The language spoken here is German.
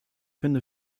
finde